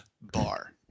bar